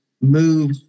move